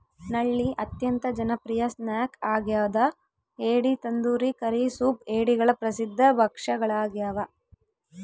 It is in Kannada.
ನಳ್ಳಿ ಅತ್ಯಂತ ಜನಪ್ರಿಯ ಸ್ನ್ಯಾಕ್ ಆಗ್ಯದ ಏಡಿ ತಂದೂರಿ ಕರಿ ಸೂಪ್ ಏಡಿಗಳ ಪ್ರಸಿದ್ಧ ಭಕ್ಷ್ಯಗಳಾಗ್ಯವ